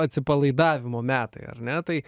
atsipalaidavimo metai ar ne tai